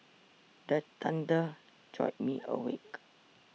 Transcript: the thunder jolt me awake